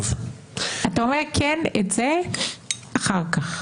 אתה אומר, כן, את זה, אחר כך.